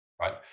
right